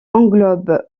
englobe